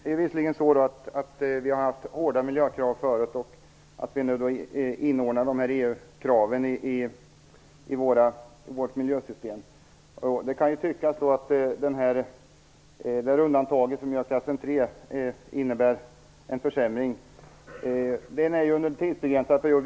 Fru talman! Vi har visserligen haft hårda miljökrav tidigare, och nu inordnar vi EU-kraven i vårt miljösystem. Det kan tyckas att det undantag som nu görs i klass 3 innebär en försämring, men det är ju under en begränsad period.